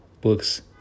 books